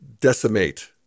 decimate